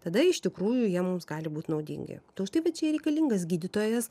tada iš tikrųjų jie mums gali būt naudingi tai už tai vat čia reikalingas gydytojas